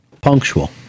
punctual